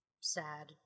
sad